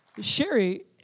Sherry